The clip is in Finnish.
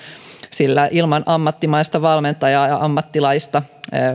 sillä ilman ammattimaista valmentajaa ammattilaista